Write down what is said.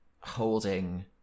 holding